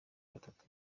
batatu